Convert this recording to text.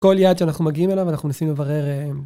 כל יעד שאנחנו מגיעים אליו אנחנו מנסים לברר.